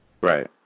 Right